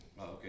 Okay